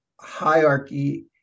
hierarchy